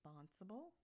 responsible